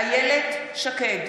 אילת שקד,